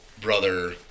brother